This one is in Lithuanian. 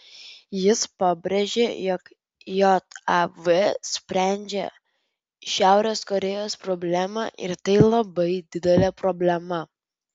jis pabrėžė jog jav sprendžia šiaurės korėjos problemą ir tai labai didelė problema